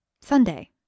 Sunday